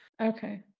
Okay